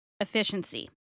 efficiency